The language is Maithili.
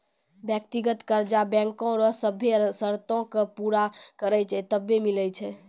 व्यक्तिगत कर्जा बैंको रो सभ्भे सरतो के पूरा करै छै तबै मिलै छै